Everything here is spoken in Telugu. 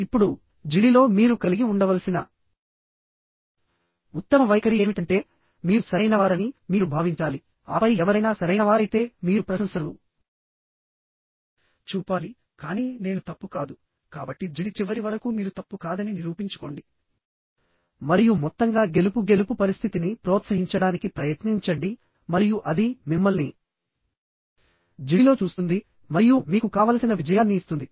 ఇప్పుడు జిడిలో మీరు కలిగి ఉండవలసిన ఉత్తమ వైఖరి ఏమిటంటే మీరు సరైనవారని మీరు భావించాలి ఆపై ఎవరైనా సరైనవారైతే మీరు ప్రశంసలు చూపాలి కానీ నేను తప్పు కాదు కాబట్టి జిడి చివరి వరకు మీరు తప్పు కాదని నిరూపించుకోండి మరియు మొత్తంగా గెలుపు గెలుపు పరిస్థితిని ప్రోత్సహించడానికి ప్రయత్నించండి మరియు అది మిమ్మల్ని జిడిలో చూస్తుంది మరియు మీకు కావలసిన విజయాన్ని ఇస్తుంది